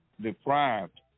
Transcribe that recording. deprived